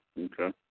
okay